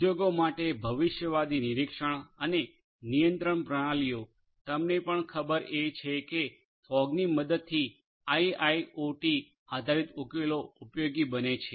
ઉદ્યોગો માટે ભવિષ્યવાદી નિરીક્ષણ અને નિયંત્રણ પ્રણાલીઓ તમને પણ ખબર છે કે ફોગની મદદથી આઇઆઈઓટી આધારિત ઉકેલો ઉપયોગી બને છે